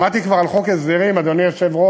שמעתי כבר על חוק הסדרים, אדוני היושב-ראש,